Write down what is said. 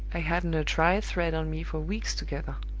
i hadn't a dry thread on me for weeks together.